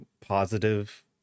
positive